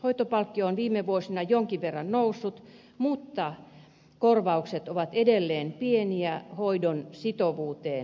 hoitopalkkio on viime vuosina jonkin verran noussut mutta korvaukset ovat edelleen pieniä hoidon sitovuuteen nähden